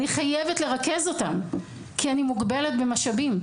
אני חייבת לרכז אותם כי אני מוגבלת במשאבים.